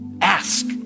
Ask